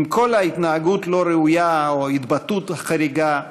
עם כל התנהגות לא ראויה או התבטאות חריגה,